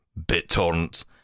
BitTorrent